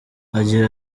agira